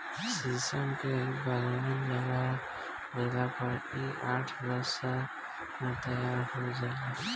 शीशम के बगवान लगा देला पर इ आठ दस साल में तैयार हो जाला